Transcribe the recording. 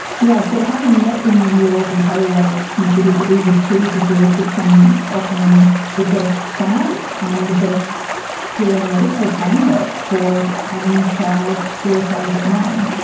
yeah so having met in new york, we had always considered that we would choose a jurisdiction offering the best science and the best juro-medical framework for having a child through a surrogate mum.